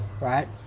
right